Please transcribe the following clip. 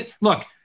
Look